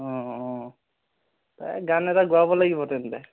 অঁ অঁ তাইক গান এটা গোৱাব লাগিব তেন্তে